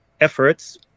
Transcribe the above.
efforts